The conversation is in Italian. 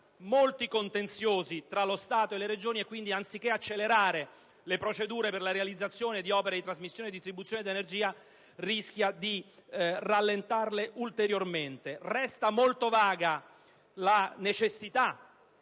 numerosi contenziosi tra lo Stato e le Regioni. Ne consegue che anziché accelerare le procedure per la realizzazione di opere di trasmissione e distribuzione di energia, essa rischia di rallentarle ulteriormente. Resta molto vaga la necessità